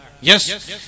yes